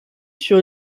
sur